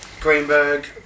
Greenberg